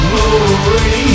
Glory